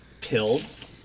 Pills